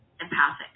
empathic